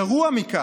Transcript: גרוע מכך,